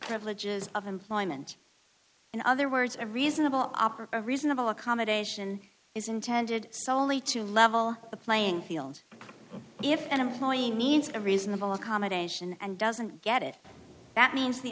privileges of employment in other words a reasonable opera reasonable accommodation is intended solely to level the playing field if an employee needs a reasonable accommodation and doesn't get it that means the